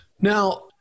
Now